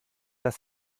dass